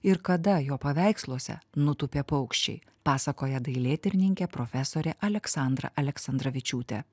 ir kada jo paveiksluose nutūpė paukščiai pasakoja dailėtyrininkė profesorė aleksandra aleksandravičiūtė